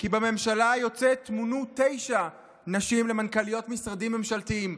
כי בממשלה היוצאת מונו תשע נשים למנכ"ליות משרדים ממשלתיים,